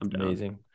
Amazing